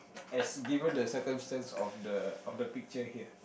as given the circumstance of the of the picture here